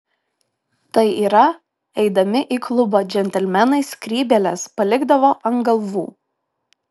tai yra eidami į klubą džentelmenai skrybėles palikdavo ant galvų